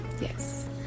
Yes